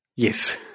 Yes